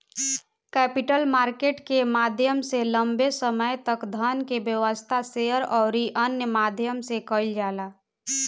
capital market के माध्यम से लंबे समय तक धन के व्यवस्था, शेयर अउरी अन्य माध्यम से कईल जाता